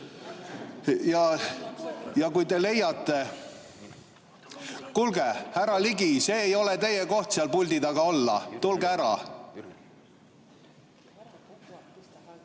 Ja kui te leiate ... Kuulge, härra Ligi, see ei ole teie koht seal puldi taga olla, tulge ära!